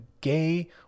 gay